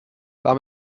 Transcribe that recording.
war